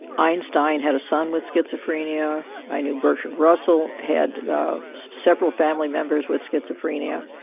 einstein had a son with schizophrenia, i knew bertrand russell had several family members with schizophrenia.